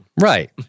Right